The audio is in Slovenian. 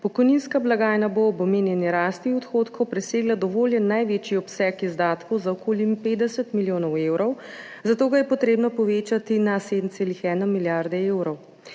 Pokojninska blagajna bo ob omenjeni rasti odhodkov presegla dovoljen največji obseg izdatkov za okoli 50 milijonov evrov, zato ga je treba povečati na 7,1 milijarde evrov.